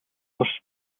турш